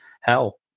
hell